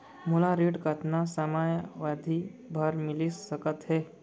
मोला ऋण कतना समयावधि भर मिलिस सकत हे?